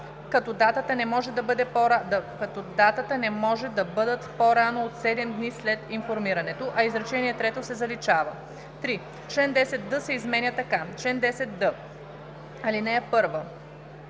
като датата не може да бъде по-рано от 7 дни след информирането“, а изречение трето се заличава. 3. Член 10д се изменя така: „Чл. 10д. (1)